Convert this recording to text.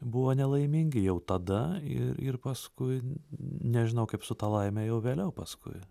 buvo nelaimingi jau tada ir ir paskui nežinau kaip su ta laime jau vėliau paskui